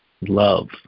love